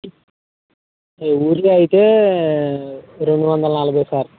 urea అయితే రెండు వందల నలభై సార్